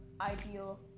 ideal